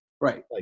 Right